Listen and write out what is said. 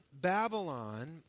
Babylon